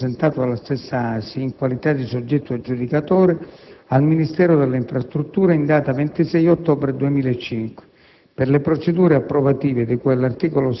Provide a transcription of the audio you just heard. bensì trattasi di progetto definitivo presentato dalla stessa ASI, in qualità di soggetto aggiudicatore, al Ministero delle infrastrutture in data 26 ottobre 2005